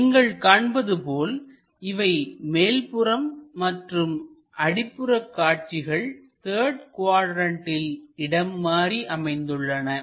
நீங்கள் காண்பது போல் இவை மேல்புறம் மற்றும் அடிப்புற காட்சிகள் த்தர்டு குவாட்ரண்ட்டில் இடம் மாறி அமைந்துள்ளன